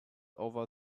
over